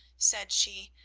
said she,